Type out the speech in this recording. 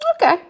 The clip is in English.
okay